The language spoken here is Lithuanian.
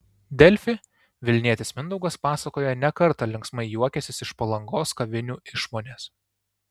delfi vilnietis mindaugas pasakoja ne kartą linksmai juokęsis iš palangos kavinių išmonės